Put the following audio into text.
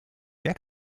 wer